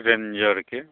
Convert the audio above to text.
रेंजरके